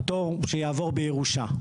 פטור שיעבור בירושה.